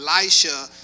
Elisha